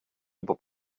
über